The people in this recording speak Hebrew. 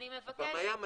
כן,